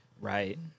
Right